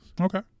Okay